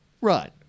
Right